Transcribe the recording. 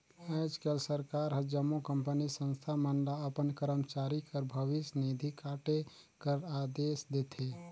आएज काएल सरकार हर जम्मो कंपनी, संस्था मन ल अपन करमचारी कर भविस निधि काटे कर अदेस देथे